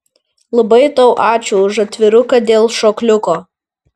labai tau ačiū už atviruką dėl šokliuko